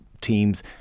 Teams